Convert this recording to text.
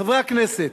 חברי הכנסת,